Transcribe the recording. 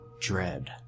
dread